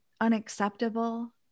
unacceptable